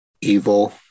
evil